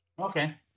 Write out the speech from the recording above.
Okay